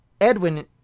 Edwin